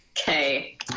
Okay